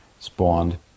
spawned